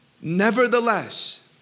Nevertheless